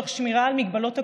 תוך שמירה על מגבלות הקורונה,